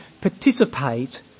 participate